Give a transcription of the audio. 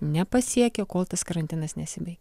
nepasiekia kol tas karantinas nesibaigė